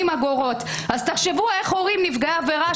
אז תחשבו איך הורים נפגעי עבירה,